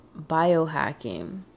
biohacking